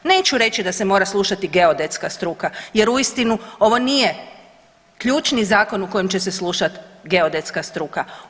Neću reći da se mora slušati geodetska struka jer uistinu ovo nije ključni zakon u kojem će se slušati geodetska struka.